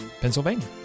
Pennsylvania